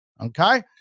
Okay